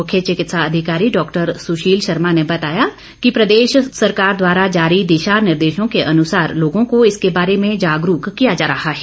मुख्य चिकित्सा अधिकारी डॉ सुशील शर्मा ने बताया कि प्रदेश सरकार द्वारा जारी दिशा निर्देशों के अनुसार लोगों को इसके बारे में जागरूक किया जा रहा है